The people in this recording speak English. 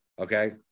Okay